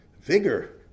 vigor